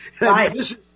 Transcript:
Right